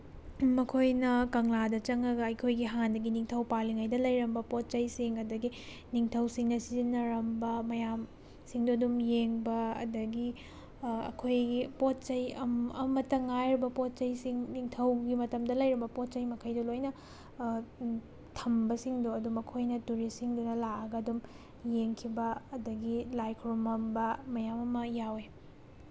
ꯃꯈꯣꯏꯅ ꯀꯪꯂꯥꯗ ꯆꯪꯉꯒ ꯑꯩꯈꯣꯏꯒꯤ ꯍꯥꯟꯅꯒꯤ ꯅꯤꯡꯊꯧ ꯄꯥꯜꯂꯤꯉꯩꯗ ꯂꯩꯔꯝꯕ ꯄꯣꯠ ꯆꯩꯁꯤꯡ ꯑꯗꯒꯤ ꯅꯤꯡꯊꯧꯁꯤꯡꯅ ꯁꯤꯖꯤꯟꯅꯔꯝꯕ ꯃꯌꯥꯝ ꯁꯤꯡꯗꯣ ꯑꯗꯨꯝ ꯌꯦꯡꯕ ꯑꯗꯒꯤ ꯑꯩꯈꯣꯏꯒꯤ ꯄꯣꯠ ꯆꯩ ꯑꯃꯠꯇ ꯉꯥꯏꯔꯕ ꯄꯣꯠ ꯆꯩꯁꯤꯡ ꯅꯤꯡꯊꯧꯒꯤ ꯃꯇꯝꯗ ꯂꯩꯔꯝꯕ ꯄꯣꯠ ꯆꯩ ꯃꯈꯩꯗꯣ ꯂꯣꯏꯅ ꯊꯝꯕꯁꯤꯡꯗꯣ ꯑꯗꯨ ꯃꯈꯣꯏꯅ ꯇꯨꯔꯤꯁꯁꯤꯡꯗꯨꯅ ꯂꯥꯛꯑꯒ ꯑꯗꯨꯝ ꯌꯦꯡꯈꯤꯕ ꯑꯗꯒꯤ ꯂꯥꯏ ꯈꯨꯔꯝꯃꯝꯕ ꯃꯌꯥꯝ ꯑꯃ ꯌꯥꯎꯏ